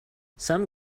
some